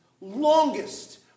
longest